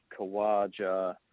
Kawaja